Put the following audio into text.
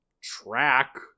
track